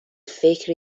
فکر